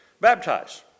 Baptize